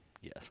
Yes